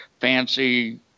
fancy